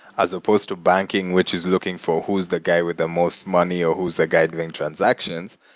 as supposed to banking, which is looking for who's the guy with the most money, or who's the guy doing transactions,